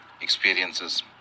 experiences